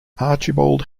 archibald